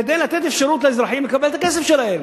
כדי לתת אפשרות לאזרחים לקבל את הכסף שלהם.